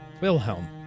Wilhelm